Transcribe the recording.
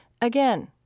Again